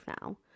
now